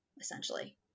essentially